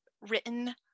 written